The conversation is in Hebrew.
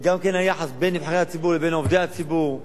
וגם היחס בין נבחרי הציבור לבין עובדי הציבור,